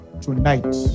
Tonight